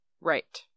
Right